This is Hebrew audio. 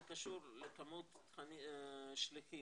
זה קשור לכמות השליחים,